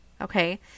Okay